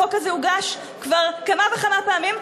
החוק הזה הוגש כבר כמה וכמה פעמים,